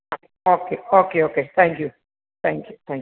അതെ okay okay okay thank you thank you thank you